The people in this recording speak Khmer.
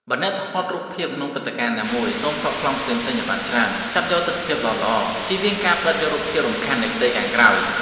បើអ្នកថតរូបភាពក្នុងព្រឹត្តិការណ៍ណាមួយ សូមថតប្លង់ផ្សេងៗឱ្យបានច្រើន ចាប់យកទិដ្ឋភាពល្អៗ ជៀសវាងការផ្តិតយករូបភាពរំខាន់នៃផ្ទៃខាងក្រោយ។